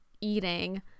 eating